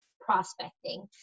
prospecting